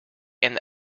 and